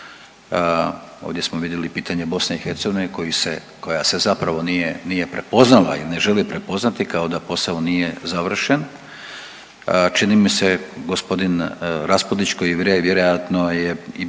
ovdje smo vidjeli pitanje BiH koja se zapravo nije, nije prepoznala ili ne želi prepoznati kao da posao nije završen. Čini mi se gospodin Raspudić koji vjerojatno je i